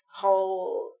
whole